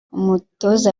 umutoza